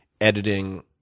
editing